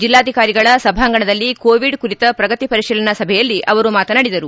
ಜಲ್ಲಾಧಿಕಾರಿಗಳ ಸಭಾಂಗಣದಲ್ಲಿ ಕೋವಿಡ್ ಕುರಿತ ಶ್ರಗತಿ ಪರಿತೀಲನಾ ಸಭೆಯಲ್ಲಿ ಅವರು ಮಾತನಾಡಿದರು